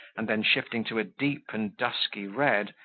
and then shifting to a deep and dusky red,